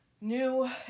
New